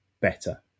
better